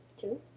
Two